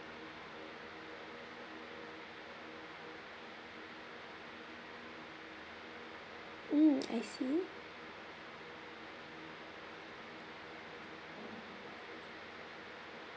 mm I see